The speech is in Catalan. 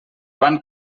van